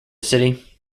city